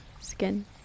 skin